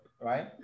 right